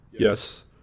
Yes